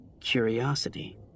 Curiosity